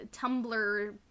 Tumblr